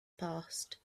passed